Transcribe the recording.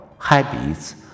habits